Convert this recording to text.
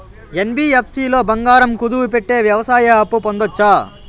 NBFC లో బంగారం కుదువు పెట్టి వ్యవసాయ అప్పు పొందొచ్చా?